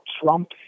Trump